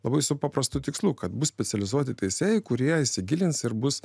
labai su paprastu tikslu kad bus specializuoti teisėjai kurie įsigilins ir bus